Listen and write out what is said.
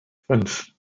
fünf